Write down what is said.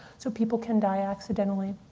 so people can die accidentally.